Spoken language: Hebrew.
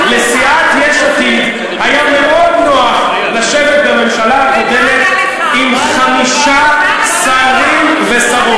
לסיעת יש עתיד היה מאוד נוח לשבת בממשלה עם חמישה שרים ושרות.